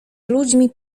ludźmi